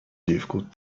difficult